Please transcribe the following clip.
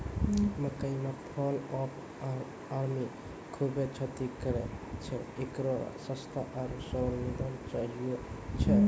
मकई मे fall of army खूबे क्षति करेय छैय, इकरो सस्ता आरु सरल निदान चाहियो छैय?